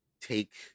Take